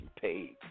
paid